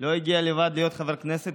לא הגיע לבד להיות חבר כנסת.